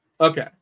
Okay